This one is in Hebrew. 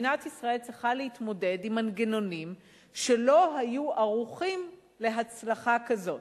מדינת ישראל צריכה להתמודד עם מנגנונים שלא היו ערוכים להצלחה כזאת,